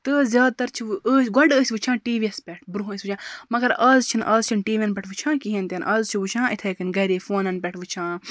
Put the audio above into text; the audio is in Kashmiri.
تہٕ زیادٕ تَر چھِ أسۍ گۄڈٕ ٲسۍ وٕچھان ٹی وی یَس پٮ۪ٹھ برٛونٛہہ ٲسۍ وٕچھان مگر آز چھِنہٕ آز چھِنہٕ ٹی وی یَن پٮ۪ٹھ وٕچھان کِہیٖنۍ تہِ نہٕ آز چھِ وٕچھان اِتھَے کٔنۍ گَرے فونَن پٮ۪ٹھ وٕچھان